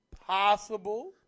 Possible